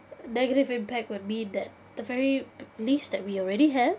negative impact would mean that the very least that we already have